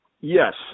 Yes